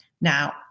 Now